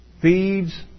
feeds